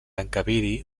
encabir